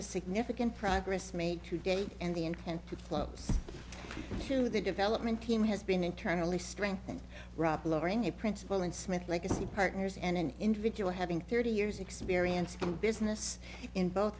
the significant progress made to date and the intent to float to the development team has been internally strengthened rob lowering the principal and smith legacy partners and an individual having thirty years experience in business in both